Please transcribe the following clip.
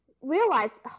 realize